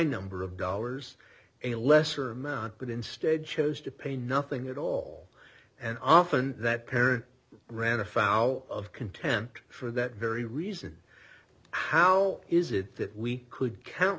number of dollars a lesser amount but instead chose to pay nothing at all and often that parent ran afoul of contempt for that very reason how is it that we could count